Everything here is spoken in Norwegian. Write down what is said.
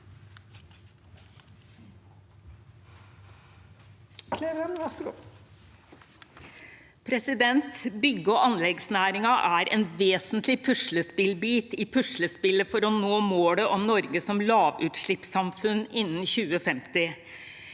sa- ken): Bygge- og anleggsnæringen er en vesentlig puslespillbit i puslespillet for å nå målet om Norge som lavutslippssamfunn innen 2050.